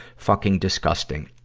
fucking disgusting.